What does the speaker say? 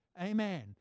amen